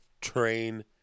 train